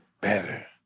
better